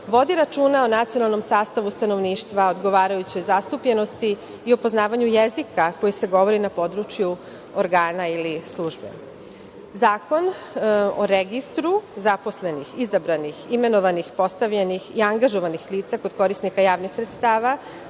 vodi računa o nacionalnom sastavu stanovništva, odgovarajućoj zastupljenosti i o poznavanju jezika koji se govori na području organa ili službe. Zakon o registru zaposlenih, izabranih, imenovanih, postavljenih i angažovanih lica kod korisnika javnih sredstava,